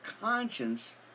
conscience